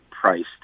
priced